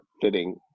fitting